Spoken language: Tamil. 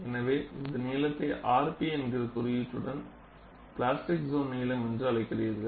எனவே இந்த நீளத்தை rp என்கிற குறியீட்டுடன் பிளாஸ்டிக் சோன் நீளம் என்று அழைக்கிறீர்கள்